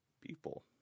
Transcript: people